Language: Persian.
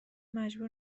مجبور